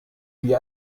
wie